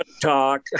talk